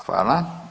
Hvala.